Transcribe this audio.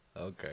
Okay